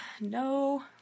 no